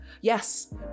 Yes